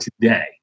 today